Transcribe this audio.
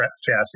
chassis